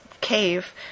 cave